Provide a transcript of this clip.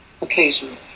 occasionally